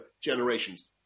generations